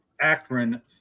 Akron